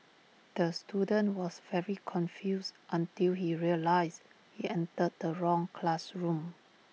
the student was very confused until he realised he entered the wrong classroom